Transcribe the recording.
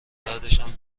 بعدشم